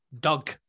Doug